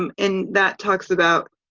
um and that talks about